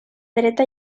dreta